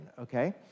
okay